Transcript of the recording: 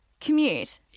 Commute